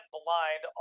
blind